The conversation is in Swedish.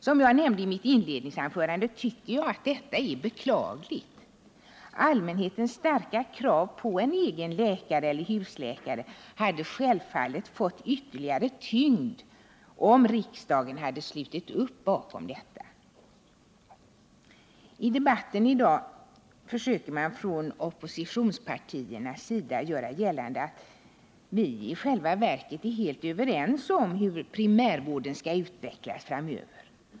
Som jag nämnde i mitt inledningsanförande tycker jag att detta är beklagligt. Allmänhetens starka krav på en egen läkare eller husläkare hade självfallet fått ytterligare tyngd, om utskottet hade slutit upp bakom detta. I dagens debatt har man från oppositionspartiernas sida försökt göra gällande att vi i själva verket är helt överens om hur primärvården skall utvecklas framöver.